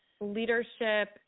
leadership